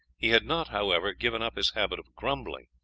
he had not, however, given up his habit of grumbling,